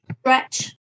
stretch